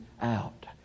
out